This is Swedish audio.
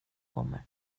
kommer